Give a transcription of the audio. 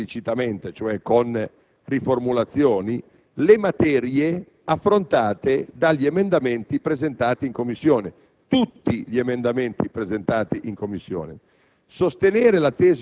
o implicitamente, cioè con riformulazioni, le materie affrontate dagli emendamenti presentati in Commissione, tutti gli emendamenti presentati. Sostenere